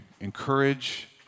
encourage